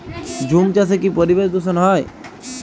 ঝুম চাষে কি পরিবেশ দূষন হয়?